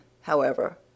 However